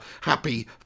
happy